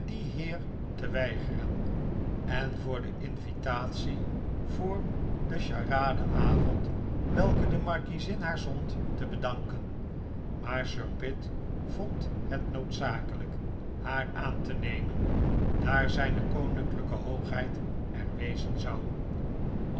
heer te weigeren en voor de invitatie voor den charade avond welke de markiezin haar zond te bedanken maar sir pitt vond het noodzakelijk haar aan te nemen daar zijne koninklijke hoogheid er wezen zou